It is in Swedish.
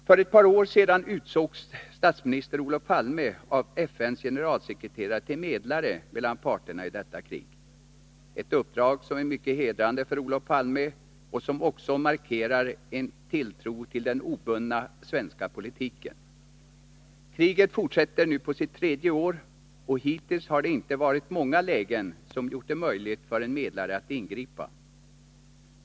För ett par år sedan utsågs statsminister Olof Palme av FN:s generalsekreterare till medlare mellan parterna i detta krig, ett uppdrag som var mycket hedrande för Olof Palme och som också markerade en tilltro till den obundna svenska politiken. Kriget fortsätter nu på sitt tredje år, och hittills har det inte varit många lägen som gjort det möjligt för en medlare att ingripa.